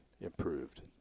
improved